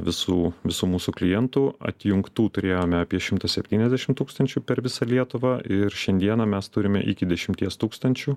visų visų mūsų klientų atjungtų turėjome apie šimtą septyniasdešim tūkstančių per visą lietuvą ir šiandieną mes turime iki dešimties tūkstančių